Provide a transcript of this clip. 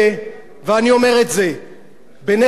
ואני אומר את זה בנפש חפצה,